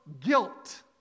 guilt